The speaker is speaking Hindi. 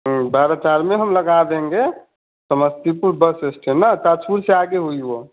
बारा चार में हम लगा देंगे समस्तीपुर बस स्टैंड ना ताजपुर से आगे हुई वह